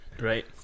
Right